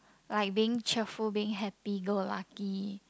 like being cheerful being happy go lucky